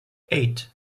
eight